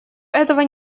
этого